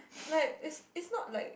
like it's it's not like